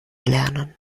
lernen